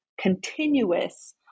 continuous